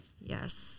Yes